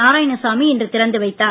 நாராயணசாமி இன்று திறந்து வைத்தார்